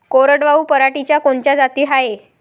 कोरडवाहू पराटीच्या कोनच्या जाती हाये?